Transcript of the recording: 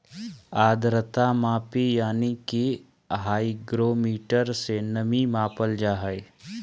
आद्रता मापी यानी कि हाइग्रोमीटर से नमी मापल जा हय